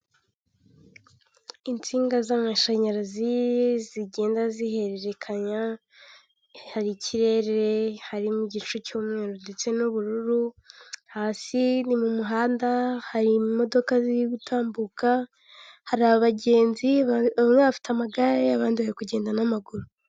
Insinga z'amashanyarazi zigenda zihererekanya, hari ikirere harimo igice cy'umweru ndetse n'ubururu, hasi ni mu muhanda hari imodoka ziri gutambuka, hari abagenzi bamwe bafite amagare abandi bari kugenda n'amaguru.